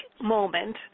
moment